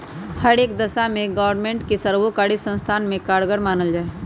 हर एक दशा में ग्रास्मेंट के सर्वकारी संस्थावन में कारगर मानल जाहई